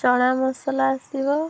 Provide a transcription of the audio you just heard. ଚଣା ମସଲା ଆସିବ